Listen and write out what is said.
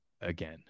again